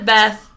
Beth